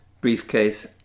briefcase